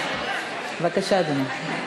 בבקשה, אדוני.